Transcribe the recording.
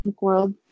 world